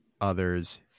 others